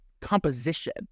composition